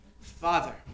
Father